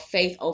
Faith